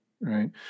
right